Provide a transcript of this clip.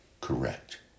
correct